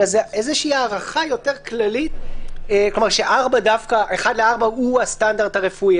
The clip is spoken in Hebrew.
אלא זו איזושהי הערכה יותר כללית ש-4:1 הוא הסטנדרט הרפואי,